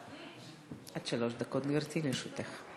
עד שלוש דקות, גברתי, לרשותך.